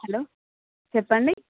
hello చెప్పండి